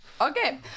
Okay